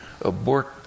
abort